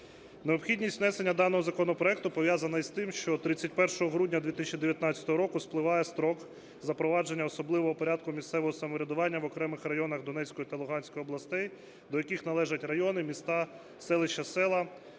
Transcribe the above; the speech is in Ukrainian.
Необхідність внесення даного законопроекту пов'язана із тим, що 31 грудня 2019 року спливає строк запровадження особливого порядку місцевого самоврядування в окремих районах Донецької та Луганської областей, до яких належать райони, міста, селища, села,